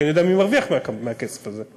כי אני יודע מי מרוויח מהכסף הזה.